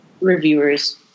reviewers